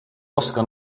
oska